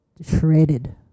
shredded